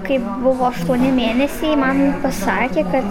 kai buvo aštuoni mėnesiai man pasakė kad